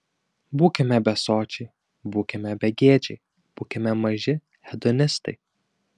būkime besočiai būkime begėdžiai būkime maži hedonistai